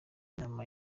inama